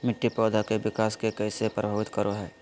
मिट्टी पौधा के विकास के कइसे प्रभावित करो हइ?